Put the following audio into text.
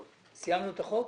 סיימנו את החוק?